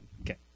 Okay